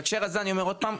בהקשר הזה אגיד שוב,